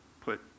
put